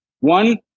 one